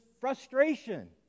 frustration